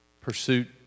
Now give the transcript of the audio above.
pursuit